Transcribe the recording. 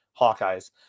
Hawkeyes